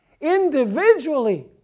Individually